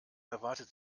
erwartet